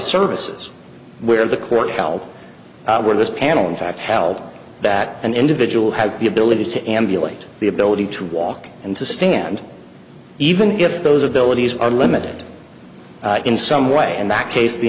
services where the court held were this panel in fact held that an individual has the ability to emulate the ability to walk and to stand even if those abilities are limited in some way in that case the